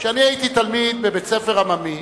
כשאני הייתי תלמיד בבית-ספר עממי